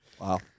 Wow